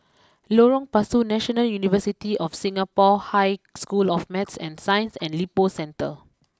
Lorong Pasu National University of Singapore High School of Math and Science and Lippo Centre